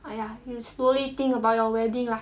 !aiya! you slowly think about your wedding lah